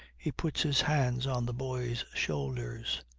he puts his hands on the boy's shoulders.